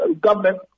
government